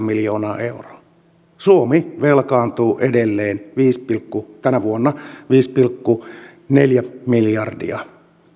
miljoonaa euroa suomi velkaantuu edelleen tänä vuonna viisi pilkku neljä miljardia